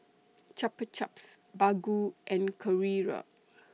Chupa Chups Baggu and Carrera